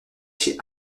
chez